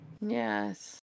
Yes